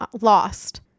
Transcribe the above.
lost